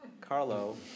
Carlo